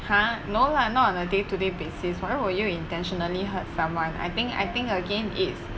!huh! no lah not on a day to day basis why would you intentionally hurt someone I think I think again is